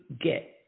get